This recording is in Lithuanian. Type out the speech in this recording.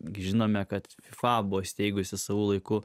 žinome kad fifa buvo įsteigusi savo laiku